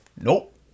nope